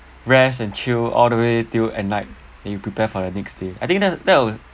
rest and chill all the way till at night then you prepare for the next day I think that that would